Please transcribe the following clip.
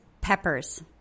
Peppers